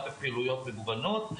גם בפעילויות מגוונות,